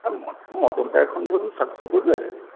মটনটা এখন সাতশো পড়বে